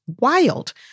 wild